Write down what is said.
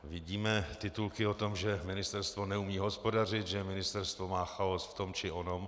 Vidíme titulky o tom, že ministerstvo neumí hospodařit, že ministerstvo má chaos v tom či onom.